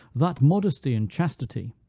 that modesty and chastity,